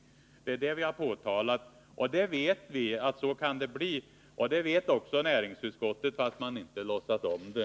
Det är detta vi har påtalat. Vi vet att så kan det bli, och det vet också näringsutskottet, fast man inte låtsas om det.